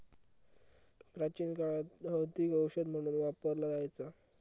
प्राचीन काळात हळदीक औषध म्हणून वापरला जायचा